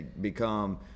become –